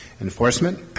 Enforcement